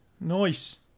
Nice